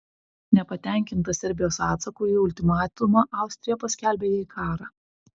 nepatenkinta serbijos atsaku į ultimatumą austrija paskelbė jai karą